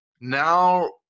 now